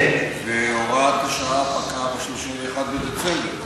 והוראת השעה פקעה ב-31 בדצמבר.